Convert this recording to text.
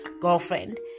girlfriend